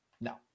No